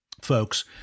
folks